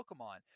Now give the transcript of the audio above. Pokemon